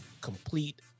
complete